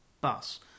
bus